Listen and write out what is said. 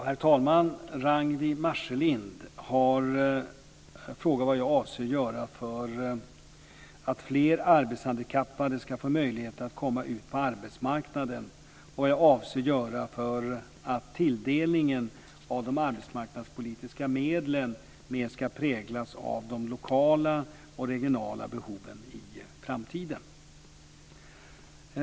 Herr talman! Ragnwi Marcelind har frågat vad jag avser att göra för att fler arbetshandikappade ska få möjlighet att komma ut på arbetsmarknaden och vad jag avser att göra för att tilldelningen av de arbetsmarknadspolitiska medlen mer ska präglas av de lokala och regionala behoven i framtiden.